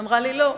היא אמרה לי: לא,